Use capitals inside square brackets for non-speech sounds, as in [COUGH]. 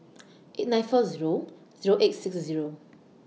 [NOISE] eight nine four Zero Zero eight six Zero